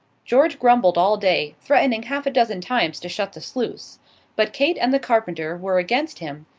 george grumbled all day, threatening half a dozen times to shut the sluice but kate and the carpenter were against him,